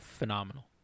Phenomenal